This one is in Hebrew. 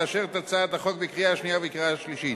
לאשר את הצעת החוק בקריאה שנייה ובקריאה שלישית.